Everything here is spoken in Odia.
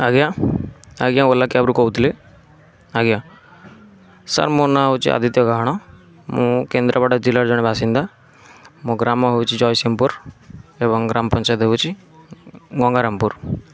ଆଜ୍ଞା ଆଜ୍ଞା ଓଲା କ୍ୟାବରୁ କହୁଥିଲି ଆଜ୍ଞା ସାର୍ ମୋ ନାଁ ହେଉଛି ଆଦିତ୍ୟ ଗାହାଣ ମୁଁ କେନ୍ଦ୍ରାପଡ଼ା ଜିଲ୍ଲାର ଜଣେ ବାସିନ୍ଦା ମୋ ଗ୍ରାମ ହେଉଛି ଜଗତସିଂହପୁର ଏବଂ ଗ୍ରାମ ପଞ୍ଚାୟତ ହେଉଛି ଗଙ୍ଗା ରାମ ପୁର